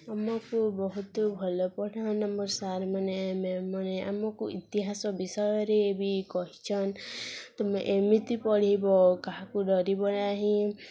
ଆମକୁ ବହୁତ ଭଲ ପଢ଼ନ୍ ଆମର୍ ସାର୍ମାନେ ମ୍ୟାମ୍ମାନେ ଆମକୁ ଇତିହାସ ବିଷୟରେ ବି କହିଛନ୍ ତୁମେ ଏମିତି ପଢ଼ିବ କାହାକୁ ଡରିବ ନାହିଁ